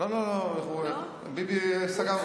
לא, לא, לא, ביבי סגר לו.